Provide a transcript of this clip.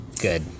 good